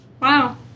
Wow